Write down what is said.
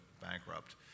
bankrupt